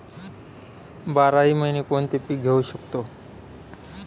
बाराही महिने कोणते पीक घेवू शकतो?